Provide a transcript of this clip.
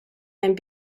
and